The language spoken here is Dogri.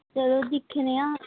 चलो दिक्खने आं